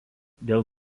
dėl